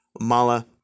Mala